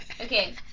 Okay